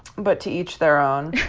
but to each their own.